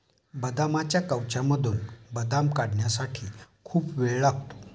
बदामाच्या कवचामधून बदाम काढण्यासाठी खूप वेळ लागतो